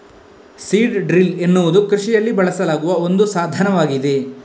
seed drill ಎನ್ನುವುದು ಕೃಷಿಯಲ್ಲಿ ಬಳಸಲಾಗುವ ಒಂದು ಸಾಧನವಾಗಿದೆ